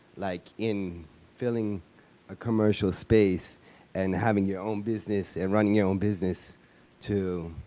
like, in filling a commercial space and having your own business and running your own business to,